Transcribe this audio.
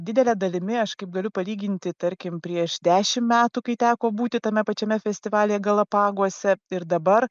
didele dalimi aš kaip galiu palyginti tarkim prieš dešim metų kai teko būti tame pačiame festivalyje galapaguose ir dabar